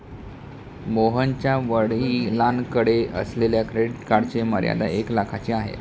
मोहनच्या वडिलांकडे असलेल्या क्रेडिट कार्डची मर्यादा एक लाखाची आहे